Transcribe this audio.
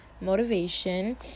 Motivation